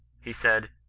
he said,